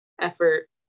effort